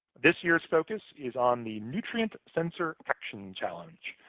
this year's focus is on the nutrient sensor action challenge.